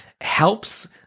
helps